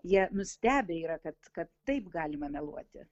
jie nustebę yra kad kad taip galima meluoti